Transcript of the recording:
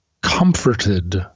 comforted